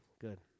Good